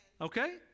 Okay